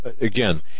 again